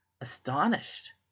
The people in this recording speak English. astonished